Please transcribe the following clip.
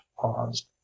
paused